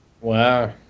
Wow